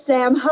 Sam